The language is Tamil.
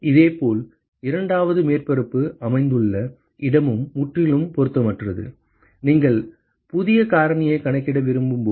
இதேபோல் இரண்டாவது மேற்பரப்பு அமைந்துள்ள இடமும் முற்றிலும் பொருத்தமற்றது நீங்கள் புதிய காரணியைக் கணக்கிட விரும்பும்போது